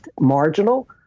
marginal